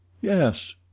Yes